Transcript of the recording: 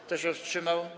Kto się wstrzymał?